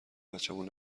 بچمون